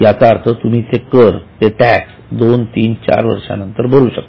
याचा अर्थ तुम्ही ते कर दोन तीन चार वर्ष नंतर भरू शकता